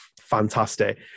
fantastic